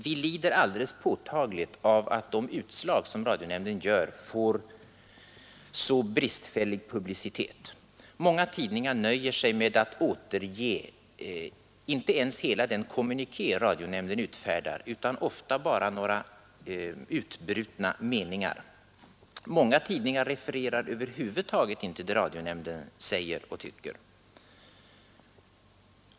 Vi lider alldeles påtagligt av att de utslag som radionämnden gör får så bristfällig publicitet. Många tidningar nöjer sig med att återge inte ens hela den kommuniké nämnden utfärdar utan ofta bara några utbrutna meningar. Andra tidningar refererar över huvud taget inte vad radionämnden sagt.